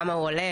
כמה הוא עולה,